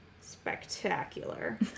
spectacular